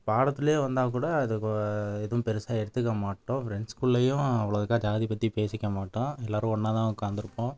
பாடத்தில் வந்தால் கூட அதை கு எதுவும் பெருசாக எடுத்துக்க மாட்டோம் ஃப்ரெண்ட்ஸ்க்குள்ளேயும் அவ்வளோக்கா ஜாதி பற்றி பேசிக்க மாட்டோம் எல்லோரும் ஒன்றா தான் உட்காந்துருப்போம்